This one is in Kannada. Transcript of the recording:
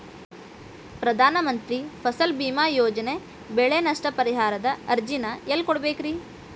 ಪ್ರಧಾನ ಮಂತ್ರಿ ಫಸಲ್ ಭೇಮಾ ಯೋಜನೆ ಬೆಳೆ ನಷ್ಟ ಪರಿಹಾರದ ಅರ್ಜಿನ ಎಲ್ಲೆ ಕೊಡ್ಬೇಕ್ರಿ?